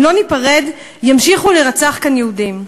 אם לא ניפרד ימשיכו להירצח כאן יהודים.